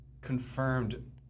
confirmed